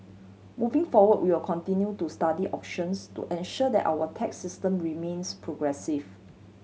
moving forward we will continue to study options to ensure that our tax system remains progressive